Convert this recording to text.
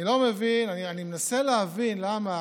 אני מנסה להבין למה,